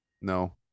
No